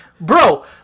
bro